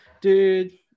dude